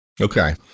Okay